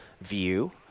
view